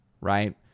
Right